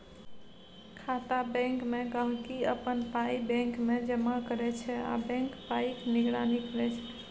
खाता बैंकमे गांहिकी अपन पाइ बैंकमे जमा करै छै आ बैंक पाइक निगरानी करै छै